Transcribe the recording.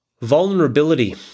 Vulnerability